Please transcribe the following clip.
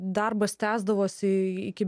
darbas tęsdavosi iki